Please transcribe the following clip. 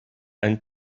and